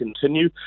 continue